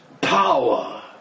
power